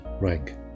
rank